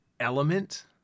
element